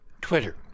twitter